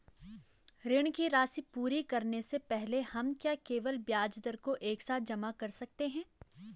ऋण की राशि पूरी करने से पहले हम क्या केवल ब्याज दर को एक साथ जमा कर सकते हैं?